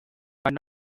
might